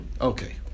Okay